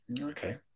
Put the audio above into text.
Okay